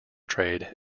trade